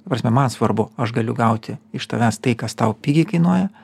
ta prasme man svarbu aš galiu gauti iš tavęs tai kas tau pigiai kainuoja